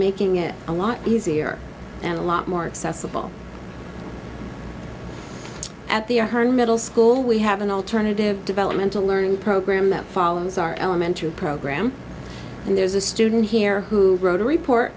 making it a lot easier and a lot more accessible at the hern middle school we have an alternative developmental learning program that follows our elementary program and there's a student here who wrote a report